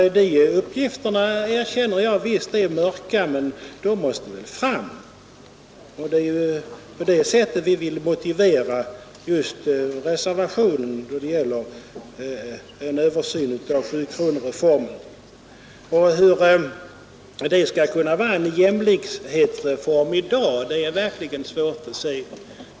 Jag erkänner att uppgifterna är ”mörka”, men just därför måste de fram. Det är dessa uppgifter som motiverar förslaget i reservationen 4 om den begärda utredningen av sjukronorsreformen. Hur den reformen i dag skall kunna vara en jämlikhetsreform är verkligen svårt att se.